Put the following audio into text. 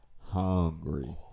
Hungry